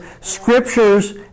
scriptures